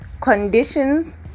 conditions